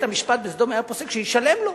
בית-המשפט בסדום היה פוסק שישלם לו,